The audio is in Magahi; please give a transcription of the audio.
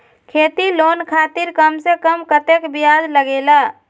खेती लोन खातीर कम से कम कतेक ब्याज लगेला?